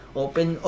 open